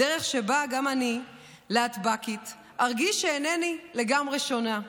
/ דרך שבה גם אני / ל ה ט ב ק י ת / ארגיש שאינני לגמרי שונה.